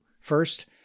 First